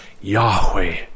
Yahweh